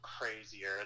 crazier